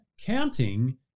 counting